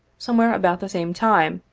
somewhere about the same time,